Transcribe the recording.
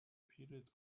پیرت